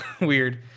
Weird